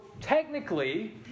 technically